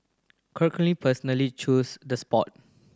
Churchill personally chose the spot